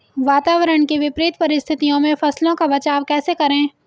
वातावरण की विपरीत परिस्थितियों में फसलों का बचाव कैसे करें?